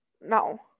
no